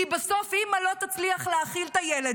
כי בסוף אימא לא תצליח להאכיל את הילד